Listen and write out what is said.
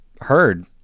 heard